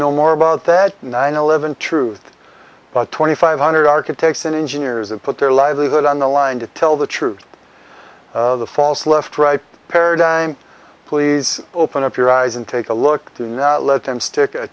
know more about that nine eleven truth about twenty five hundred architects and engineers and put their livelihood on the line to tell the truth the false left right paradigm please open up your eyes and take a look do not let them stick a